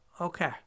okay